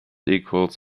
equals